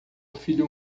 filho